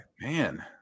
man